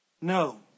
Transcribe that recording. No